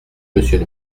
monsieur